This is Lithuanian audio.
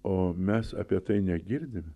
o mes apie tai negirdime